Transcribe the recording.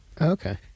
Okay